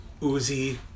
Uzi